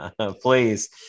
Please